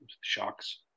Shocks